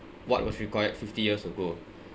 what was required fifty years ago